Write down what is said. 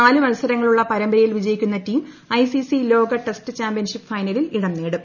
നാല് മത്സരങ്ങളുള്ള പരമ്പരയിൽ വിജയിക്കുന്ന ടീം ഐസിസി ലോക ടെസ്റ്റ് ചാംപ്യൻഷിപ് ഫൈനലിൽ ഇടം നേടും